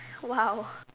!wow!